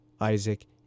Isaac